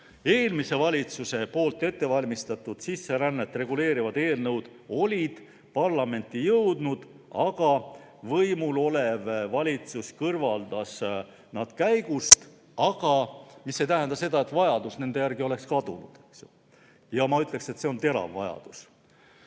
Eelmise valitsuse ette valmistatud sisserännet reguleerivad eelnõud olid parlamenti jõudnud, aga võimul olev valitsus kõrvaldas need menetlusest. Aga see ei tähenda seda, et vajadus nende järele on kadunud. Ja ma ütleksin, et see on terav vajadus.